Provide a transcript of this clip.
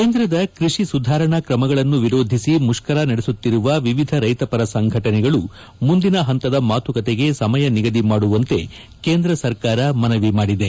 ಕೇಂದ್ರದ ಕ್ಬಷಿ ಸುಧಾರಣಾ ಕ್ರಮಗಳನ್ನು ವಿರೋಧಿಸಿ ಮುಷ್ಕರ ನಡೆಸುತ್ತಿರುವ ವಿವಿಧ ರೈತಪರ ಸಂಘಟನೆಗಳು ಮುಂದಿನ ಹಂತದ ಮಾತುಕತೆಗೆ ಸಮಯ ನಿಗದಿ ಮಾಡುವಂತೆ ಕೇಂದ್ರ ಸರ್ಕಾರ ಮನವಿ ಮಾದಿದೆ